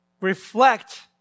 Reflect